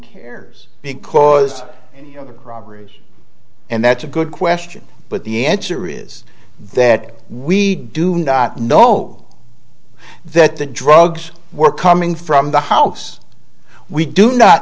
cares because you know the corroboration and that's a good question but the answer is that we do not know that the drugs were coming from the house we do not